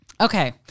Okay